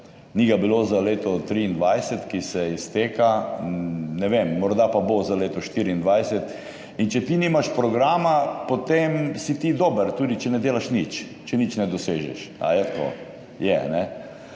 ni ga bilo za leto 2023, ki se izteka, ne vem, morda pa bo za leto 2024. In če ti nimaš programa, potem si ti dober tudi, če ne delaš nič, če nič ne dosežeš. A je tako? Je.